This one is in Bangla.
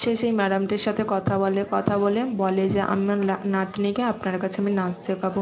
সে সেই ম্যাডামটির সাথে কথা বলে কথা বলে বলে যে আমার নাতনিকে আপনার কাছে আমি নাচ শেখাবো